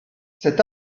cet